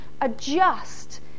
adjust